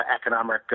economic